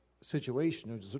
situation